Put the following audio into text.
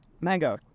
Mango